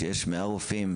כשיש 100 רופאים,